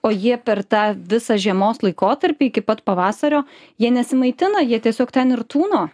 o jie per tą visą žiemos laikotarpį iki pat pavasario jie nesimaitina jie tiesiog ten ir tūno